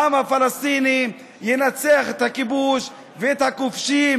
העם הפלסטיני ינצח את הכיבוש ואת הכובשים